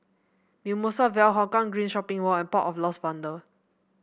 Mimosa Vale Hougang Green Shopping Mall and Port of Lost Wonder